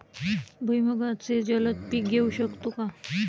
भुईमुगाचे जलद पीक घेऊ शकतो का?